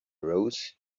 rose